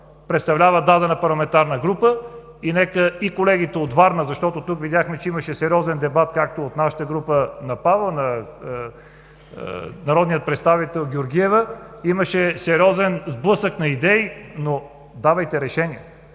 представлява дадена парламентарна група. Нека и колегите от Варна, защото тук видяхме, че имаше сериозен дебат, както от нашата група и на народния представител Георгиева – имаше сериозен сблъсък на идеи, но, давайте решения,